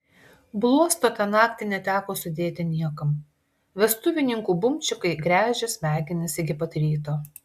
bluosto tą naktį neteko sudėti niekam vestuvininkų bumčikai gręžė smegenis iki pat ryto